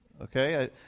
okay